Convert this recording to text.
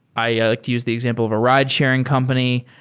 i ah like to use the example of a ridesharing company.